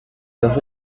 los